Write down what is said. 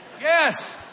Yes